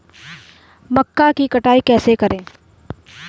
मक्का की कटाई कैसे करें?